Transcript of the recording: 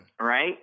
right